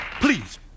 please